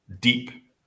deep